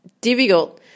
difficult